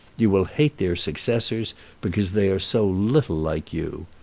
you will hate their successors because they are so little like you.